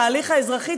וההליך האזרחי,